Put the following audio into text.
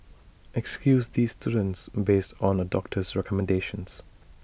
excuse these students based on A doctor's recommendations